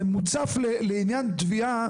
זה מוצף לעניין תביעה,